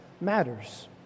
matters